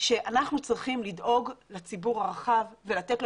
אנחנו צריכים לדאוג לציבור הרחב ולתת לו